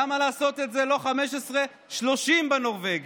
למה לעשות את זה לא 15 אלא 30, בנורבגי?